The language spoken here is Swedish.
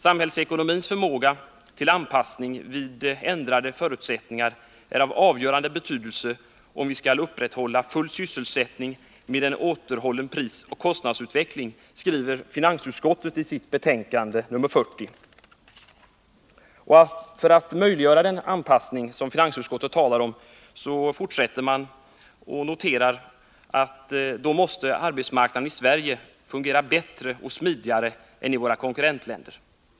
Samhällsekonomins förmåga till anpassning vid ändrade förutsättningar är av avgörande betydelse om vi skall upprätthålla full sysselsättning med en återhållen prisoch kostnadsutveckling, säger man i finansutskottets betänkande nr 40. Vidare säger man att för att möjliggöra den anpassning som finansutskottet talar om måste arbetsmarknaden i Sverige fungera bättre och smidigare än i våra konkurrentländer.